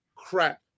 Crap